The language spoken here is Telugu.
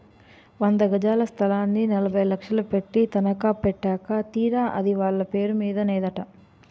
వంద గజాల స్థలాన్ని నలభై లక్షలు పెట్టి తనఖా పెట్టాక తీరా అది వాళ్ళ పేరు మీద నేదట